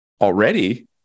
already